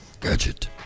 Gadget